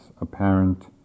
apparent